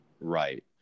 Right